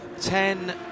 Ten